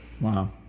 wow